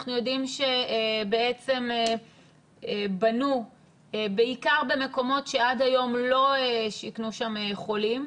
אנחנו יודעים שבנו בעיקר במקומות שעד היום לא שיכנו שם חולים,